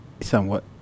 Somewhat